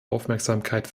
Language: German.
aufmerksamkeit